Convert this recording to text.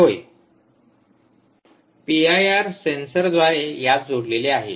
विद्यार्थी होय P I R सेन्सरद्वारे यास जोडलेले आहे